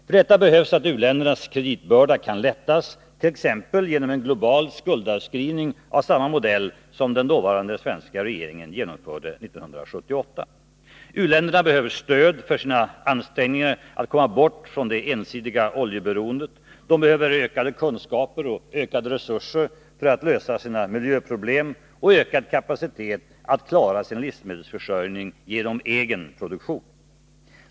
För detta behövs att u-ländernas kreditbörda kan lättas, t.ex. genom en global skuldavskrivning av samma modell som den dåvarande svenska regeringen genomförde 1978. U-länderna behöver stöd för sina ansträngningar att komma bort från det ensidiga oljeberoendet. De behöver ökade kunskaper och ökade resurser för att lösa sina miljöproblem och ökad kapacitet att klara sin livsmedelsförsörjning genom egen produktion.